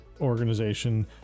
organization